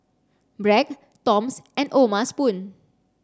Bragg Toms and O'ma spoon